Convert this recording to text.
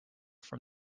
from